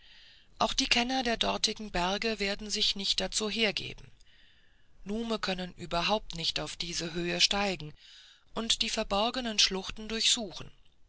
auch die kenner der dortigen berge werden sich nicht dazu hergeben nume können überhaupt nicht auf diese höhen steigen und die verborgenen schluchten durchsuchen